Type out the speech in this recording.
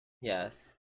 Yes